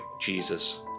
Jesus